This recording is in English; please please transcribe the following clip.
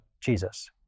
Jesus